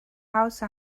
house